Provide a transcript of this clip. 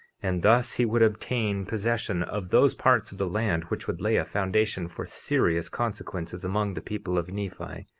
and thus he would obtain possession of those parts of the land, which would lay a foundation for serious consequences among the people of nephi,